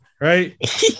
right